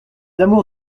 amours